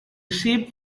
sheep